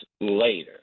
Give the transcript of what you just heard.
later